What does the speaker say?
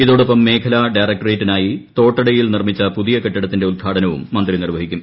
ഇതോടൊപ്പം മേഖല ഡയക്ടറേറ്റിനായി തോട്ടടയിൽ നിർമ്മിച്ച പുതിയ കെട്ടിടത്തിന്റെ ഉദ്ഘാടനവും മന്ത്രി നിർവഹിക്കും